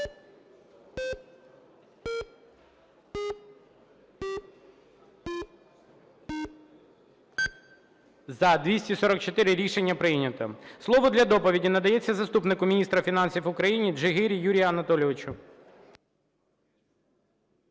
За-244 Рішення прийнято. Слово для доповіді надається заступнику міністра фінансів України Джигирі Юрію Анатолійовичу.